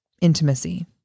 intimacy